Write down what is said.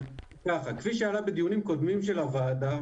כפי שעלה בדיונים קודמים של הוועדה,